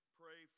pray